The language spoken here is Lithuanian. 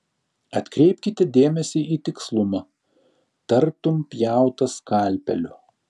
atkreipkite dėmesį į tikslumą tartum pjauta skalpeliu